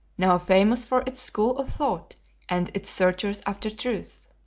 now famous for its school of thought and its searchers after truth.